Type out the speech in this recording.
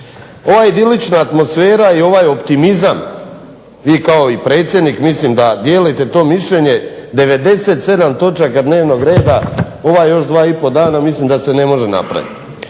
Ova idilična atmosfera i ovaj optimizam, vi kao i predsjednik mislim da dijelite to mišljenje, 97 točaka dnevnog reda ova još 2,5 dana mislim da se ne može napraviti.